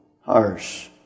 harsh